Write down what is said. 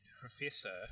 professor